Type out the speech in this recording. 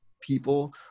people